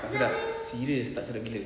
tak sedap serious tak sedap gila